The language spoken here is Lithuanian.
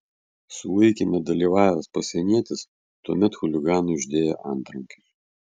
sulaikyme dalyvavęs pasienietis tuomet chuliganui uždėjo antrankius